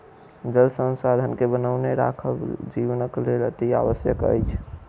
जल संसाधन के बनौने राखब जीवनक लेल अतिआवश्यक अछि